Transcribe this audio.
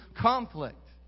conflict